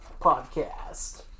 podcast